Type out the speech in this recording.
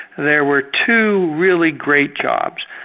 there were two really great jobs.